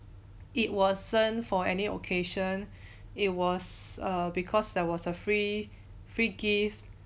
it wasn't for any occasion it was err because there was a free free gift